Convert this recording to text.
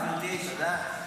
--- תודה.